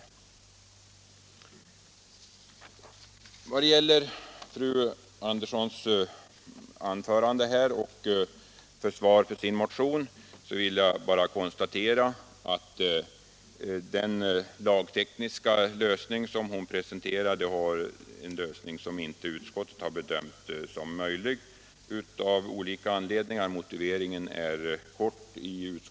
När det gäller fru Anderssons i Kumla anförande och hennes försvar för motionen vill jag bara konstatera att utskottet av olika skäl funnit att den lagtekniska lösning hon föreslagit inte är möjlig att genomföra. Utskottets motivering är kort.